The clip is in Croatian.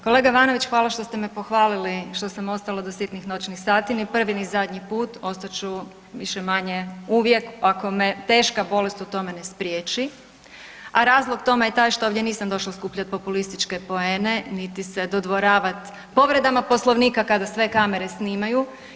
Kolega Ivanović hvala vam što ste me pohvalili što sam ostala do sitnih noćnih sati, ni prvi ni zadnji put, ostat ću više-manje uvijek ako me teška bolest u tome ne spriječi a razlog tome je taj što ovdje nisam došla skupljati populističke poene, niti se dodvoravati povredama Poslovnika kada sve kamere snimaju.